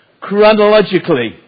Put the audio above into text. chronologically